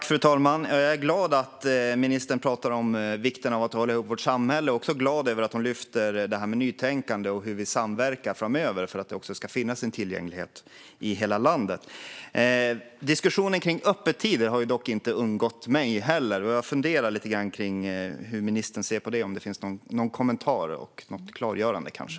Fru talman! Jag är glad att ministern talar om vikten av att hålla ihop vårt samhälle, och jag är också glad över att hon lyfter fram det här med nytänkande och hur vi kan samverka framöver för att det ska finnas en tillgänglighet i hela landet. Diskussionen om öppettider har inte undgått mig heller, och jag undrar hur ministern ser på det. Finns det någon kommentar och något klargörande kanske?